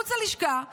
מחוץ ללשכה שלו,